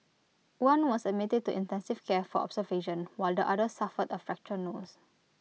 one was admitted to intensive care for observation while the other suffered A fractured nose